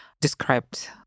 described